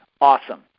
Awesome